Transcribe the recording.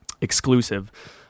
exclusive